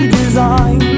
design